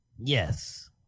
Yes